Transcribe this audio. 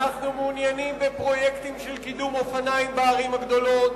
אנו מעוניינים בפרויקטים של קידום אופניים בערים הגדולות.